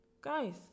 guys